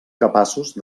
capaços